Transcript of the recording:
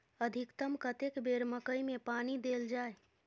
अधिकतम कतेक बेर मकई मे पानी देल जाय?